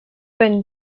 been